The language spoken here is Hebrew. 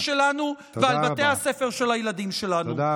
שלנו ועל בתי הספר של הילדים שלנו.